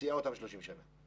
מסיע אותם 30 שנים.